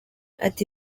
ati